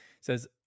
says